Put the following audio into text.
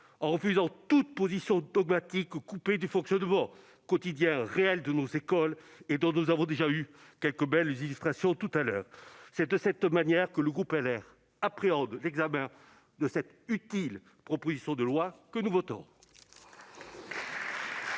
en refusant toute position dogmatique, coupée du fonctionnement quotidien réel de nos écoles, dont nous avons déjà eu quelques belles illustrations précédemment. C'est de cette manière que le groupe Les Républicains appréhende l'examen de cette proposition de loi, qui est